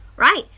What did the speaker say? Right